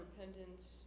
repentance